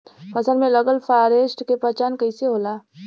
फसल में लगल फारेस्ट के पहचान कइसे होला?